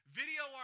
video